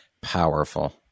powerful